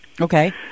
Okay